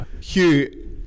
Hugh